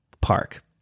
Park